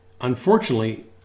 Unfortunately